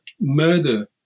murder